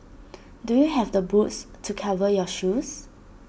do you have the boots to cover your shoes